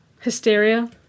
Hysteria